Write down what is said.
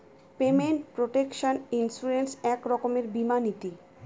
payment protection insurance এক রকমের বীমা নীতি